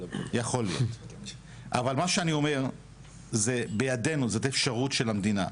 אומר שזה בידינו, זאת אפשרות של המדינה.